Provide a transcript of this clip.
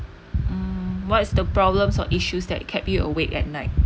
mm what's the problems or issues that kept you awake at night